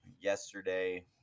yesterday